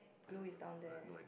blue is down there